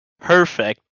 perfect